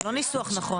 זה לא ניסוח נכון.